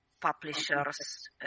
publishers